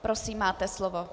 Prosím, máte slovo.